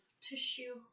tissue